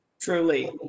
truly